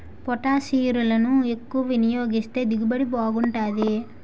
పొటాషిరులను ఎక్కువ వినియోగిస్తే దిగుబడి బాగుంటాది